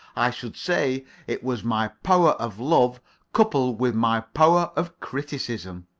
i should say it was my power of love coupled with my power of criticism.